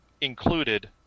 included